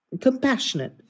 compassionate